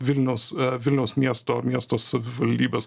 vilnius vilniaus miesto miesto savivaldybės